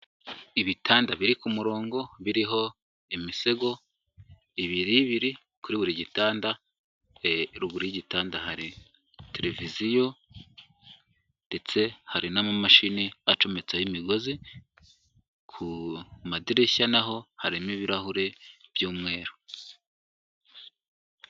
Ibitanda biri ku murongo biriho imisego ibiri ibiri kuri buri gitanda, ruguru y'itanda hari televiziyo ndetse hari n'amamashini acometseho imigozi ku madirishya naho harimo ibirahure by'umweru.